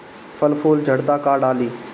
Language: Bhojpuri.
फल फूल झड़ता का डाली?